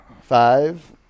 Five